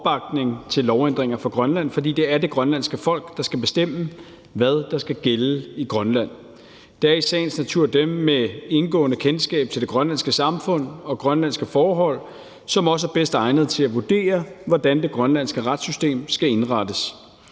opbakning til lovændringer for Grønland, fordi det er det grønlandske folk, der skal bestemme, hvad der skal gælde i Grønland. Det er i sagens natur dem med indgående kendskab til det grønlandske samfund og til grønlandske forhold, som også er bedst egnet til at vurdere, hvordan det grønlandske retssystem skal indrettes.